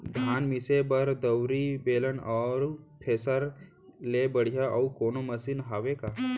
धान मिसे बर दउरी, बेलन अऊ थ्रेसर ले बढ़िया अऊ कोनो मशीन हावे का?